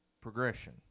progression